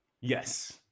Yes